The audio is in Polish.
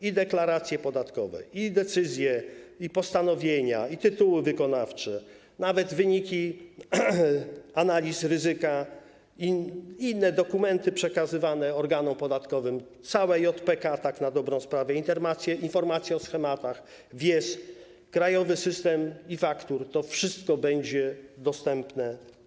I deklaracje podatkowe, i decyzje, i postanowienia, i tytuły wykonawcze, nawet wyniki analiz ryzyka i inne dokumenty przekazywane organom podatkowym, tak na dobrą sprawę całe JPK, informacje o schematach, VIES, Krajowy System e-Faktur, to wszystko będzie dostępne.